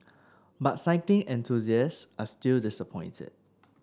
but cycling enthusiasts are still disappointed